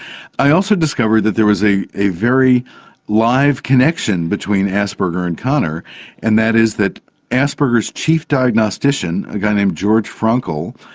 i also discovered that there are was a a very live connection between asperger and kanner and that is that asperger's chief diagnostician, a guy named george frankl,